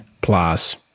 plus